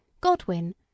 Godwin